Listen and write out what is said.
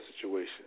situation